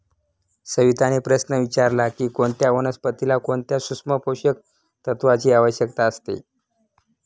सविताने प्रश्न विचारला की कोणत्या वनस्पतीला कोणत्या सूक्ष्म पोषक तत्वांची आवश्यकता असते?